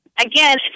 again